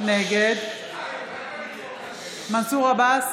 נגד מנסור עבאס,